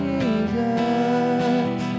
Jesus